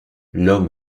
l’homme